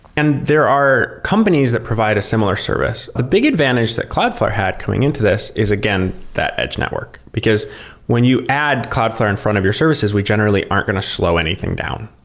and there are companies that provide a similar service. the big advantage that cloudflare had coming into this is, again, that edge network, because when you add cloudflare in front of your services, we generally aren't going to slow anything down,